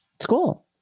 school